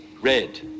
Red